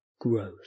growth